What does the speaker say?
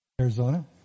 Arizona